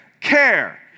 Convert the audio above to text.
care